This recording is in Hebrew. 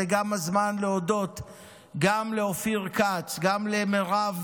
זה הזמן להודות גם לאופיר כץ, גם למירב